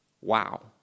Wow